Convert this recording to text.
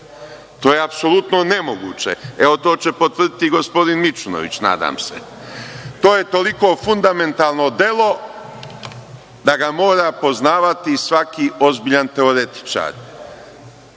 To je apsolutno nemoguće, to će potvrditi gospodin Mićunović, nadam se. To je toliko fundamentalno delo da ga mora poznavati svaki ozbiljan teoretičar,